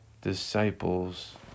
disciples